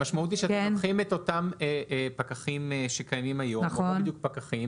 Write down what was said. המשמעות היא שאתם לוקחים את אותם פקחים שקיימים היום שהם לא בדיוק פקחים